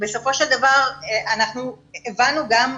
ובסופו של דבר אנחנו הבנו גם,